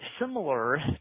similar